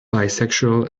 bisexual